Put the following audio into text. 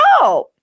No